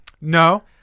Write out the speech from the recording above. No